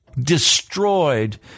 destroyed